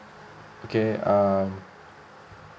okay um